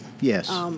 yes